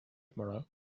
tomorrow